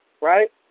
Right